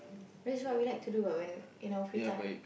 that's what we like to do what when you know free time